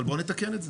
אבל בואו נתקן את זה.